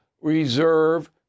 reserve